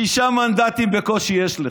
שישה מנדטים בקושי יש לך,